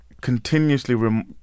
continuously